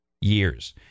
years